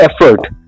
effort